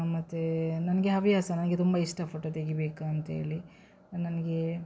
ಮತ್ತು ನನಗೆ ಹವ್ಯಾಸ ನನಗೆ ತುಂಬ ಇಷ್ಟ ಫೋಟೊ ತೆಗಿಬೇಕು ಅಂತ್ಹೇಳಿ ಅ ನನಗೆ